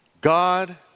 God